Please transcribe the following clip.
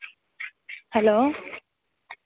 hello